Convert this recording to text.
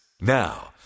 now